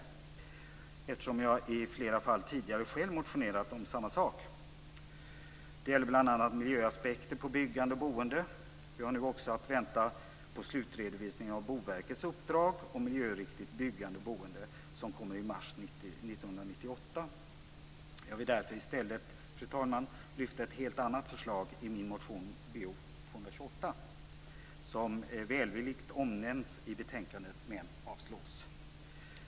I flera fall har jag ju tidigare själv motionerat om samma sak. Det gäller bl.a. miljöaspekter på byggande och boende. Vi har nu också att vänta på slutredovisningen av Boverkets uppdrag om miljöriktigt byggande och boende som kommer i mars 1998. Jag vill därför i stället, fru talman, lyfta fram ett helt nytt förslag i min motion 1997/98:Bo228 som välvilligt omnämns i betänkandet men som avstyrks.